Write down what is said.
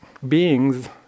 Beings